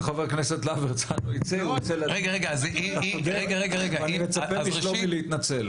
אני מצפה משלומי להתנצל.